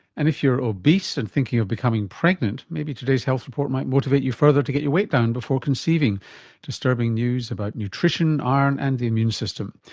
and if you're obese and thinking of becoming pregnant, maybe today's health report might motivate you further to get your weight down before conceiving disturbing news about nutrition iron and the immune system.